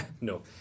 No